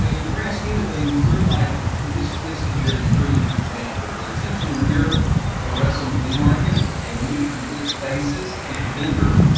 in the grand scheme of things we're like, this this is a very crude example, but essentially we're a wrestling flea market and we spaces to the vendor,